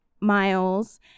Miles